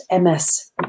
MS